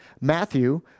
Matthew